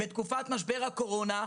בתקופת משבר הקורונה,